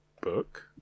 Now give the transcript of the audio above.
book